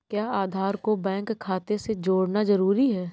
क्या आधार को बैंक खाते से जोड़ना जरूरी है?